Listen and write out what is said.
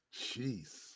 Jeez